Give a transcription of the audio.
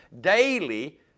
daily